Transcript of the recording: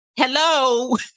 hello